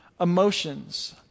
emotions